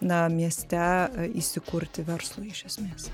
na mieste įsikurti verslui iš esmės